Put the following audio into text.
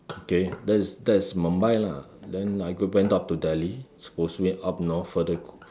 okay that is that is Mumbai lah then I go went up to Delhi it's mostly up north further